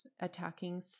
attacking